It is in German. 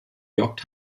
york